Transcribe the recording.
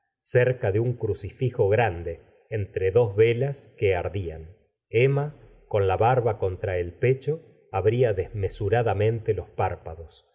cerca de un crucifijo grande entre dos velas que ardían emnia con la barba contra el pecho abría desmesuradamente los párpados y